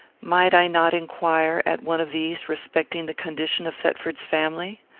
might i not inquire, at one of these, respecting the condition of thetford's family?